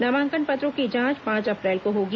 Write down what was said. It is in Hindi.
नामांकन पत्रों की जांच पांच अप्रैल को होगी